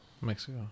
Mexico